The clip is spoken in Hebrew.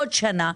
בעוד שנה,